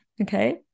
okay